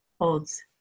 holds